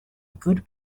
good